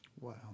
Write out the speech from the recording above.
Wow